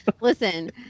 listen